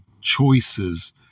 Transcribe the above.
choices